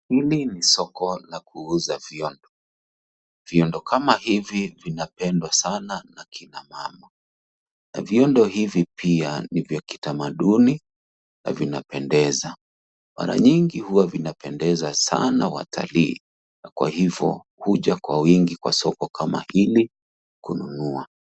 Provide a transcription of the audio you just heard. Hili ni soko la kuuza viondo. Viondo kama hivi vinapendwa sana na kina mama . Viondo hivi pia ni vya kitamaduni na vinapendeza . Mara nyingi huwa vinapendeza sana watalii kwa hivo huja kwa wingi kwa soko kama hili kununua.